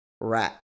rat